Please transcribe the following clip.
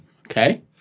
okay